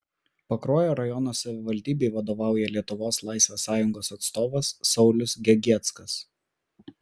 pakruojo rajono savivaldybei vadovauja lietuvos laisvės sąjungos atstovas saulius gegieckas